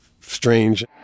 strange